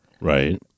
right